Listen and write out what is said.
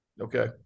Okay